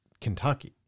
Kentucky